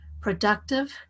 productive